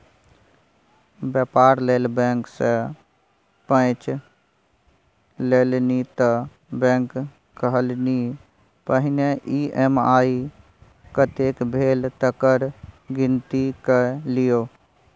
बेपार लेल बैंक सँ पैंच लेलनि त बैंक कहलनि पहिने ई.एम.आई कतेक भेल तकर गिनती कए लियौ